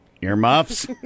Earmuffs